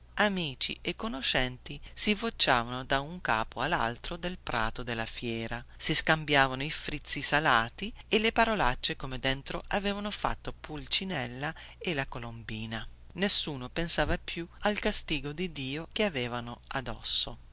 amici e conoscenti si vociavano da un capo allaltro del prato della fiera si scambiavano i frizzi salati e le parolacce come dentro avevano fatto pulcinella e colombina nessuno pensava più al castigo di dio che avevano addosso